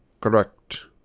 Correct